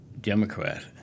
Democrat